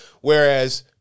Whereas